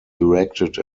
erected